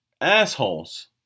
assholes